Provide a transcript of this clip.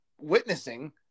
witnessing